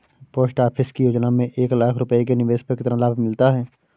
Post office की योजना में एक लाख रूपए के निवेश पर कितना लाभ मिलता है?